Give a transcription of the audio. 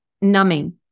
numbing